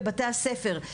לבתי הספר.